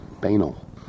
banal